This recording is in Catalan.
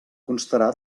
constarà